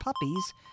puppies